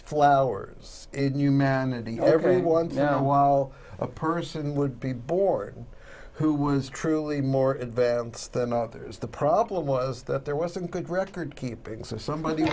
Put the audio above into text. flowers in humanity everyone down while a person would be bored who was truly more advanced than others the problem was that there wasn't good record keeping so somebody